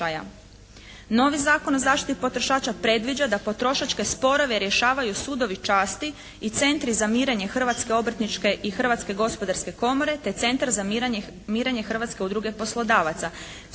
Novi Zakon o zaštiti potrošača predviđa da potrošačke sporove rješavaju sudovi časti i centri za mirenje Hrvatske obrtničke i Hrvatske gospodarske komore te Centar za mirenje Hrvatske udruge poslodavaca.